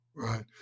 Right